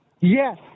Yes